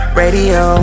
radio